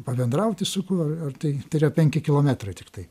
pabendrauti su kuo ar tai tėra penki kilometrai tiktai